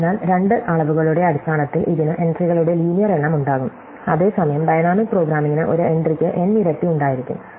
അതിനാൽ രണ്ട് അളവുകളുടെ അടിസ്ഥാനത്തിൽ ഇതിന് എൻട്രികളുടെ ലീനിയെർ എണ്ണം ഉണ്ടാകും അതേസമയം ഡൈനാമിക് പ്രോഗ്രാമിംഗിന് ഒരു എൻട്രിക്ക് n ഇരട്ടി ഉണ്ടായിരിക്കും